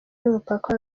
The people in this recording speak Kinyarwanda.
y’umupaka